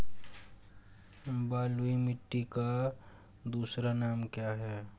बलुई मिट्टी का दूसरा नाम क्या है?